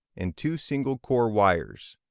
and two single core wires,